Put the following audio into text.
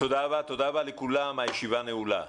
תודה רבה לכולם, הישיבה נעולה.